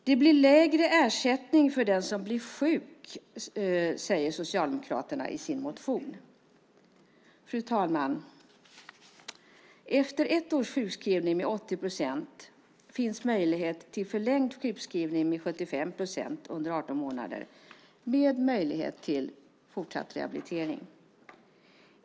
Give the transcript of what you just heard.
Det blir lägre ersättning för den som blir sjuk, säger Socialdemokraterna i sin motion. Fru talman! Efter ett års sjukskrivning med 80 procent finns möjlighet till förlängd sjukskrivning med 75 procent under 18 månader med möjlighet till fortsatt rehabilitering.